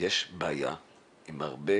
יש בעיה עם הרבה